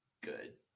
good